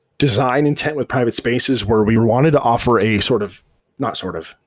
design intent with private spaces where we wanted to offer a sort of not sort of.